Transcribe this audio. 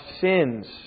sins